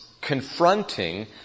confronting